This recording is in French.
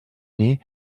née